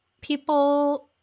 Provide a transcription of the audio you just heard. people